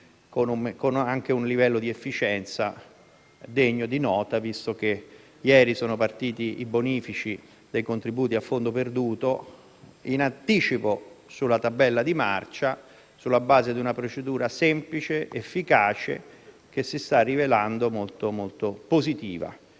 con un livello di efficienza degno di nota, visto che ieri sono partiti i bonifici dei contributi a fondo perduto, in anticipo sulla tabella di marcia, sulla base di una procedura semplice ed efficace, che si sta rivelando molto positiva.